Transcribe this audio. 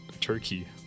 Turkey